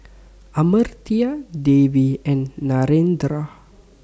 Amartya Devi and Narendra